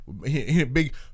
big